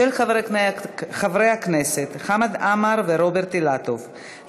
עברה בקריאה טרומית ועוברת לוועדת העבודה,